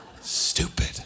Stupid